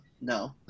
no